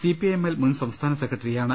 C P I M L മുൻ സംസ്ഥാന സെക്രട്ടറിയാണ്